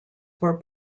were